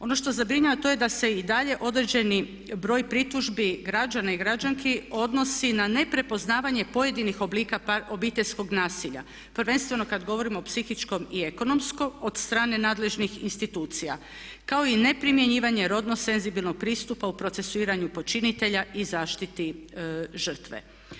Ono što zabrinjava to je da se i dalje određeni broj pritužbi građana i građanki odnosi na ne prepoznavanje pojedinih oblika obiteljskog nasilja, prvenstveno kad govorimo o psihičkom i ekonomskom od strane nadležnih institucija kao i neprimjenjivanje rodno senzibilnog pristupa u procesuiranju počinitelja i zaštiti žrtve.